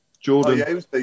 Jordan